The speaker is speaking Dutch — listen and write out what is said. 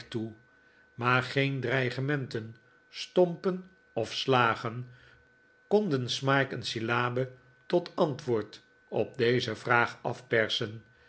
maar geen dreigementen stompen of slagen konden smike een syllabe tot antwoord op deze vraag afpersen